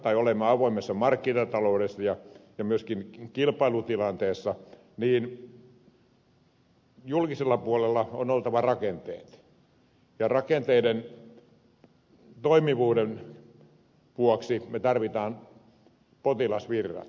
kun olemme avoimessa markkinataloudessa ja myöskin kilpailutilanteessa niin julkisella puolella on oltava rakenteet ja rakenteiden toimivuuden vuoksi me tarvitsemme potilasvirrat